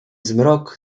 zmrok